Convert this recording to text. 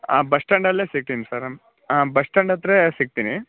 ಆ ಬಸ್ ಸ್ಟ್ಯಾಂಡಲ್ಲೇ ಸಿಗ್ತೀನಿ ಸರ್ ನಾನು ಹಾಂ ಬಸ್ ಸ್ಟ್ಯಾಂಡ್ ಹತ್ರ ಸಿಗ್ತೀನಿ